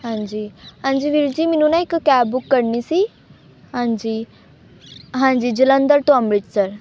ਹਾਂਜੀ ਹਾਂਜੀ ਵੀਰ ਜੀ ਮੈਨੂੰ ਨਾ ਇੱਕ ਕੈਬ ਬੁੱਕ ਕਰਨੀ ਸੀ ਹਾਂਜੀ ਹਾਂਜੀ ਜਲੰਧਰ ਤੋਂ ਅੰਮ੍ਰਿਤਸਰ